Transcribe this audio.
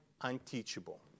unteachable